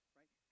right